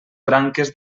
branques